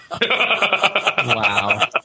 Wow